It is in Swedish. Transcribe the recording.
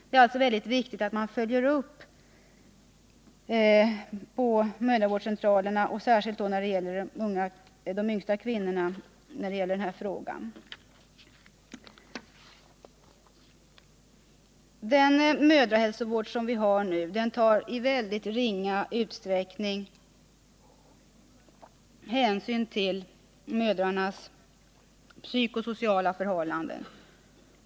Det är alltså viktigt att man följer upp på respektive mödravårdscentral, särskilt när det gäller de allra yngsta kvinnorna.” Den mödrahälsovård vi har nu tar i mycket ringa utsträckning hänsyn till mödrarnas psykosociala förhållanden.